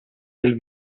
del